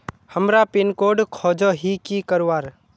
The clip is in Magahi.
हमार पिन कोड खोजोही की करवार?